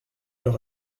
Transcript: leur